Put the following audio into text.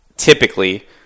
typically